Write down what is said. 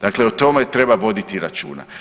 Dakle, o tome treba voditi računa.